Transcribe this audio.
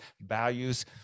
values